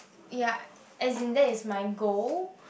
ya as in that is my goal